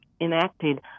enacted